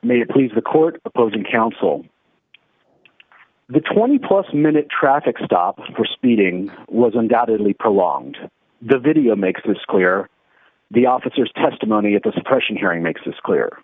made it please the court opposing counsel the twenty plus minute traffic stop for speeding was undoubtedly prolonged the video makes this clear the officer's testimony at the suppression hearing makes this clear